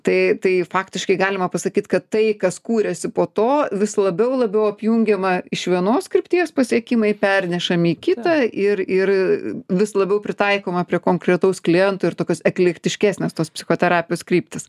tai tai faktiškai galima pasakyt kad tai kas kūrėsi po to vis labiau labiau apjungiama iš vienos krypties pasiekimai pernešami kitą ir ir vis labiau pritaikoma prie konkretaus kliento ir tokios eklektiškesnės tos psichoterapijos kryptys